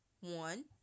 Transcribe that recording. one